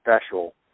special